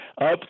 up